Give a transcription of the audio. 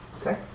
Okay